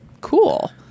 cool